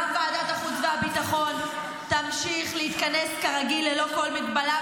גם ועדת החוץ והביטחון תמשיך להתכנס כרגיל ללא כל מגבלה,